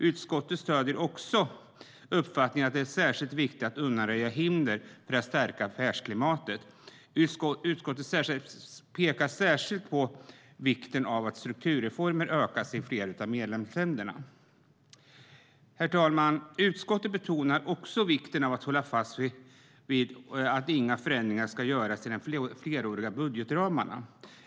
Utskottet stöder också uppfattningen att det är speciellt viktigt att undanröja hinder för att stärka affärsklimatet. Utskottet pekar särskilt på vikten av ökade strukturreformer i fler av medlemsländerna. Herr talman! Utskottet betonar också vikten av att hålla fast vid att inga förändringar ska göras i de fleråriga budgetramarna.